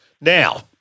Now